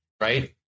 right